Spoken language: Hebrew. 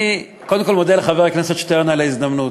אני, קודם כול, מודה לחבר הכנסת שטרן על ההזדמנות,